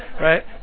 right